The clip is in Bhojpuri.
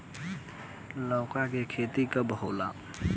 लौका के खेती कब होला?